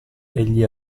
egli